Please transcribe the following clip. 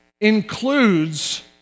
includes